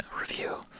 review